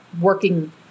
working